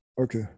Okay